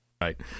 Right